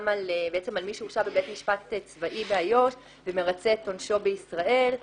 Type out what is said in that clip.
על מי שהורשע בבית משפט צבאי באיו"ש ומרצה את עונשו בישראל.